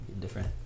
Different